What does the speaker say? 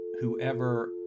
whoever